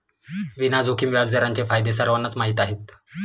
विना जोखीम व्याजदरांचे फायदे सर्वांनाच माहीत आहेत